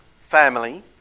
family